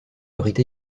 abrite